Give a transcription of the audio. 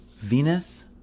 Venus